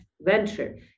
venture